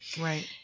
Right